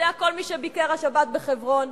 יודע כל מי שביקר השבת בחברון,